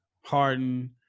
Harden